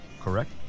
correct